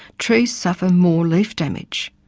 trees suffer more leaf damage.